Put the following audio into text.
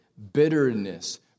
Bitterness